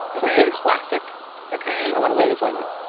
something classic ok i want to lay this on you.